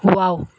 wow